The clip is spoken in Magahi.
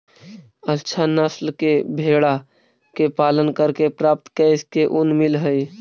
अच्छा नस्ल के भेडा के पालन करके प्राप्त केश से ऊन मिलऽ हई